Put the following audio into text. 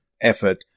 effort